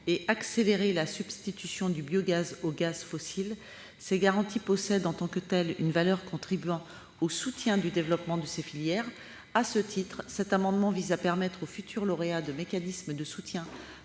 et à accélérer la substitution du biogaz au gaz fossile. Ces garanties possèdent en tant que telles une valeur contribuant au soutien du développement de ces filières. À ce titre, l'amendement vise à permettre aux futurs lauréats de mécanismes de soutien